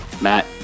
Matt